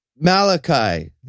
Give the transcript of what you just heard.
Malachi